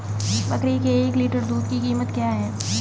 बकरी के एक लीटर दूध की कीमत क्या है?